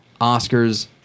Oscars